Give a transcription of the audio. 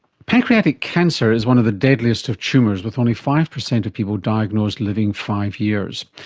pancreatic cancer is one of the deadliest of tumours, with only five percent of people diagnosed living five years.